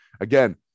again